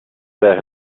there